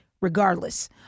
regardless